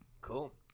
Cool